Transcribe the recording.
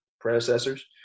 predecessors